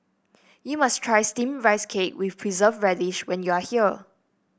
you must try steamed Rice Cake with Preserved Radish when you are here